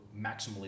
maximally